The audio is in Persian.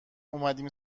اومدیم